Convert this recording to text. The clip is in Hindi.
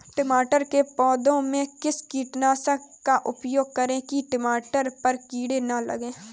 टमाटर के पौधे में किस कीटनाशक का उपयोग करें कि टमाटर पर कीड़े न लगें?